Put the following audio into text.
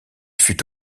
fut